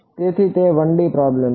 તેથી તે 1 D problem છે